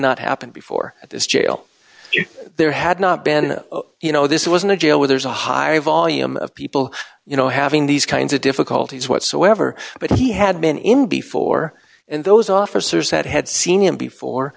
not happened before at this jail if there had not been you know this wasn't a jail where there's a high volume of people you know having these kinds of difficulties whatsoever but he had been in before and those officers had had seen him before